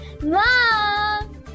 Mom